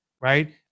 right